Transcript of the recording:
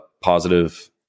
positive